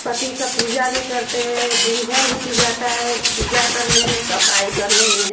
पति की पूजा भी करते दिन भर बीत जाता है पूजा करने में सफ़ाई करने में